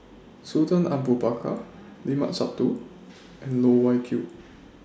Sultan Abu Bakar Limat Sabtu and Loh Wai Kiew